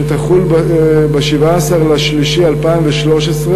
שתחול ב-17 במרס 2013,